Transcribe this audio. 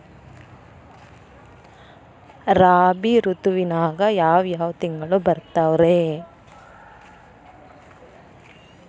ರಾಬಿ ಋತುವಿನಾಗ ಯಾವ್ ಯಾವ್ ತಿಂಗಳು ಬರ್ತಾವ್ ರೇ?